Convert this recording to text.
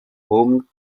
home